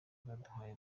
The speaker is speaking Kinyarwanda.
baduhaye